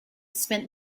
spent